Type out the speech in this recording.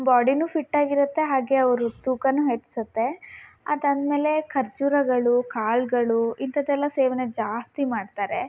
ಬಾಡಿನೂ ಫಿಟ್ಟಾಗಿರುತ್ತೆ ಹಾಗೆ ಅವರು ತೂಕನೂ ಹೆಚ್ಚಿಸುತ್ತೆ ಅದಾದ ಮೇಲೆ ಖರ್ಜೂರಗಳು ಕಾಳುಗಳು ಇಂಥದ್ದೆಲ್ಲ ಸೇವನೆ ಜಾಸ್ತಿ ಮಾಡ್ತಾರೆ